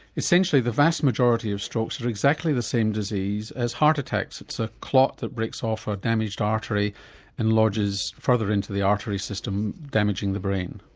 essentially the vast majority of strokes are exactly the same disease as heart attacks, it's a clot that breaks off a damaged artery and lodges further into the artery system damaging the brain.